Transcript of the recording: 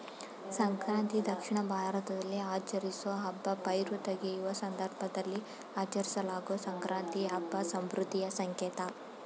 ಸಂಕ್ರಾಂತಿ ದಕ್ಷಿಣ ಭಾರತದಲ್ಲಿ ಆಚರಿಸೋ ಹಬ್ಬ ಪೈರು ತೆಗೆಯುವ ಸಂದರ್ಭದಲ್ಲಿ ಆಚರಿಸಲಾಗೊ ಸಂಕ್ರಾಂತಿ ಹಬ್ಬ ಸಮೃದ್ಧಿಯ ಸಂಕೇತ